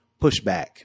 pushback